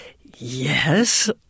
yes